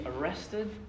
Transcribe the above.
arrested